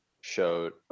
showed